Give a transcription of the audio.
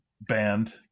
band